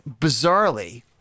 bizarrely